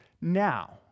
Now